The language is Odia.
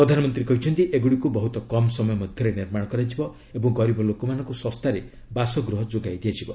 ପ୍ରଧାନମନ୍ତ୍ରୀ କହିଛନ୍ତି ଏଗୁଡ଼ିକୁ ବହୁତ କମ୍ ସମୟ ମଧ୍ୟରେ ନିର୍ମାଣ କରାଯିବ ଏବଂ ଗରିବ ଲୋକମାନଙ୍କୁ ଶସ୍ତାରେ ବାସଗୃହ ଯୋଗାଇ ଦିଆଯିବ